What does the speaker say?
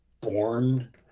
born